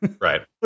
Right